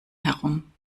herum